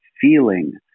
feeling